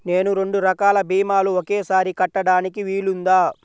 నేను రెండు రకాల భీమాలు ఒకేసారి కట్టడానికి వీలుందా?